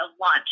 launch